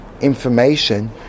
information